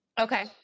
okay